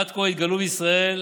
עד כה התגלו בישראל,